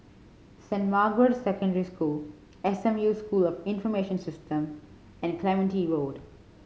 Saint Margaret's Secondary School S M U School of Information System and Clementi Road